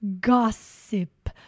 gossip